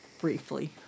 briefly